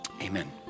amen